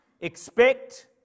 Expect